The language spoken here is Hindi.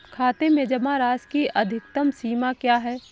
खाते में जमा राशि की अधिकतम सीमा क्या है?